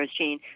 gene